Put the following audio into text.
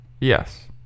yes